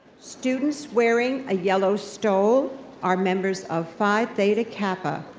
students wearing a yellow stole are members of phi theta kappa,